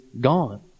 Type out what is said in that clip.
gone